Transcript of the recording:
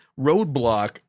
roadblock